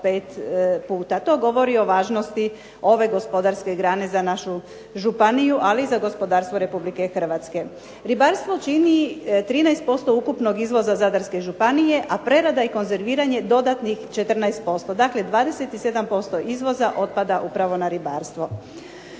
To govori o važnosti ove gospodarske grane za našu županiju ali i za gospodarstvo Republike Hrvatske. Ribarstvo čini 13% ukupnog izvoza Zadarske županije, a prerada i konzerviranje dodatnih 14%. Dakle, 27% izvoza otpada upravo na ribarstvo.